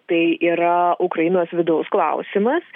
tai yra ukrainos vidaus klausimas